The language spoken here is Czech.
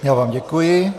Já vám děkuji.